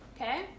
Okay